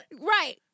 Right